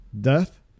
death